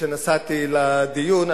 כשנסעתי לדיון,